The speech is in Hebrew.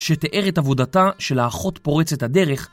שתיאר את עבודתה של האחות פורצת הדרך